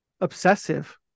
obsessive